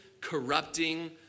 corrupting